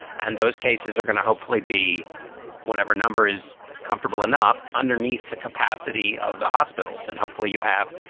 and those cases are going to hopefully be whatever number is comfortable enough underneath the capacity of the hospitals, and hopefully you have